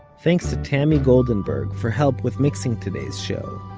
thanks to tammy goldenberg for help with mixing today's show.